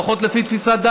לפחות לפי תפיסתי,